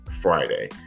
Friday